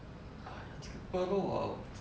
!aiya! 这个 pirlo hor